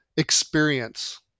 experience